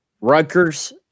Rutgers